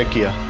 like you